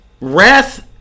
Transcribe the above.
Wrath